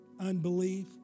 unbelief